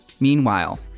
Meanwhile